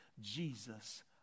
Jesus